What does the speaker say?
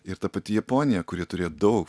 ir ta pati japonija kuri turėjo daug